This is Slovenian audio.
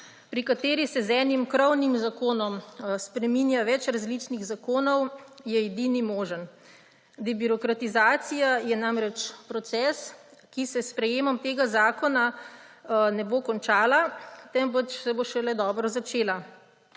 pri kateri se z enim krovnim zakonom spreminja več različnih zakonov, je edini možen. Debirokratizacija je namreč proces, ki se s sprejetjem tega zakona ne bo končal, temveč se bo šele dobro začel.